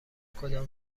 کدام